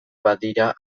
badira